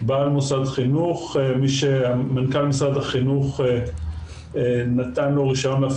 בעל מוסד חינוך מי שמנכ"ל משרד החינוך נתן לו רישיון להפעיל